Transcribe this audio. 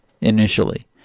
initially